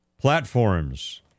Platforms